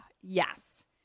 yes